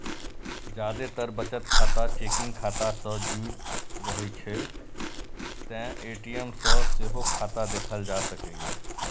जादेतर बचत खाता चेकिंग खाता सं जुड़ रहै छै, तें ए.टी.एम सं सेहो खाता देखल जा सकैए